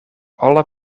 alle